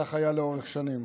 כך היה לאורך שנים,